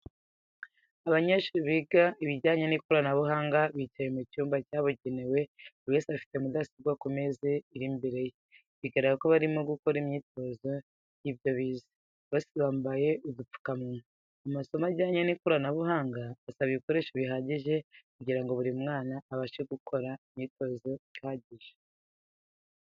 Abanyeshuri biga ibijyanye n'ikoranabuhanga bicaye mu cyumba cyabugenewe buri wese afite mudasobwa ku meza ari imbere ye bigaragara ko barimo gukora imyitozo y'ibyo bize, bose bambaye udupfukamunwa. Amasomo ajyanye n'ikoranabuhanga asaba ibikoreso bihagije kugirango buri mwana abashe gukora imyitozo ihagije.